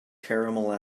caramel